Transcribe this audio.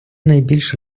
найбільш